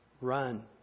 run